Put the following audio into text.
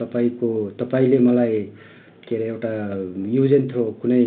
तपाईँको तपाईँले मलाई के अरे एउटा युज एन्ड थ्रो कुनै